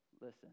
Listen